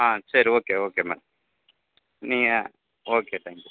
ஆ சரி okay okay madam நீங்கள் okay thank you